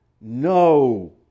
no